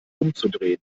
umzudrehen